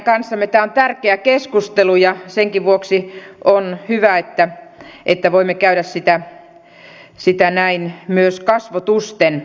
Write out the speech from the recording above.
tämä on tärkeä keskustelu ja senkin vuoksi on hyvä että voimme käydä sitä näin myös kasvotusten